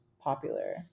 popular